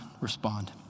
respond